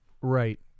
Right